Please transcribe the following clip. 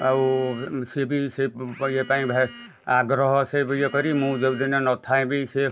ଆଉ ସିଏ ବି ସେ ଇଏ ପାଇଁ ଭା ଆଗ୍ରହ ସିଏ ବି ଇଏ କରି ମୁଁ ଯେଉଁଦିନ ନଥାଏ ବି ସିଏ